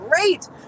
great